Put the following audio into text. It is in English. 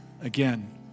Again